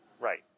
Right